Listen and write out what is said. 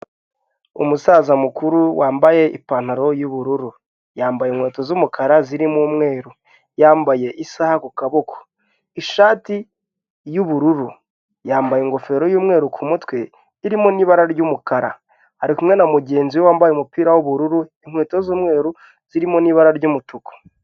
Umusaza mukuru wambaye ipantaro y'ubururu. Yambaye inkweto z'umukara zirimo umweru. Yambaye isaha ku kaboko. Ishati y'ubururu. Yambaye ingofero y'umweru ku mutwe ,irimo n'ibara ry'umukara . Ari kumwe na mugenzi we wambaye umupira w'ubururu, inkweto z'umweru ,zirimo n'ibara ry'umutuku.